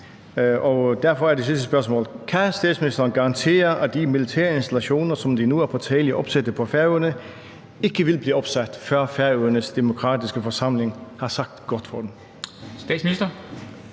Derfor er det sidste spørgsmål: Kan statsministeren garantere, at de militære installationer, som der nu er på tale at opsætte på Færøerne, ikke vil blive opsat, før Færøernes demokratiske forsamling har sagt god for dem?